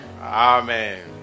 Amen